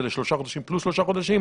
זה לשלושה חודשים פלוס שלושה חודשים,